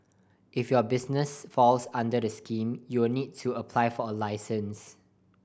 if your business falls under this scheme you'll need to apply for a license